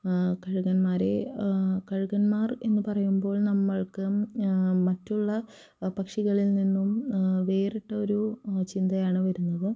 കഴുകന്മാര് കഴുകന്മാർ എന്നു പറയുമ്പോൾ നമ്മൾക്ക് മറ്റുള്ള പക്ഷികളിൽ നിന്നും വേറിട്ടൊരു ചിന്തയാണ് വരുന്നത്